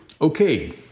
Okay